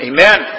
Amen